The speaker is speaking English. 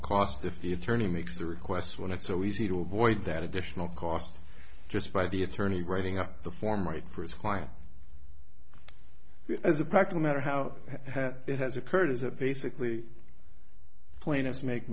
if the attorney makes the request when it's so easy to avoid that additional cost just by the attorney writing up the form right for his client as a practical matter how it has occurred is that basically plaintiffs make